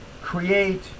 create